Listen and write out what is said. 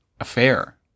affair